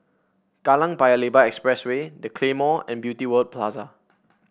Kallang Paya Lebar Expressway The Claymore and Beauty World Plaza